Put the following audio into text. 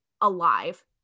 alive